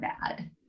bad